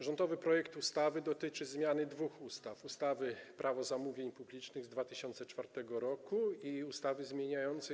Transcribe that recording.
Rządowy projekt ustawy dotyczy zmiany dwóch ustaw: ustawy Prawo zamówień publicznych z 2004 r. i ustawy zmieniającej